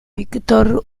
victor